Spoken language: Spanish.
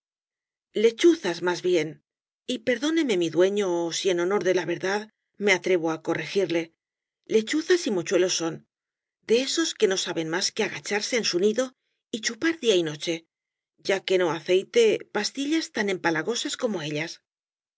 lechuzas más bien y perdóneme mi dueño si en honor de la verdad me atrevo á corregirle lechuzas y mochuelos son de esos que no saben más que agacharse en su nido y chupar noche y día ya que no aceite pastillas tan empalagosas como ellas